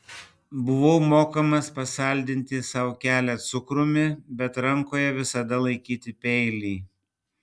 buvau mokomas pasaldinti sau kelią cukrumi bet rankoje visada laikyti peilį